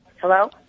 Hello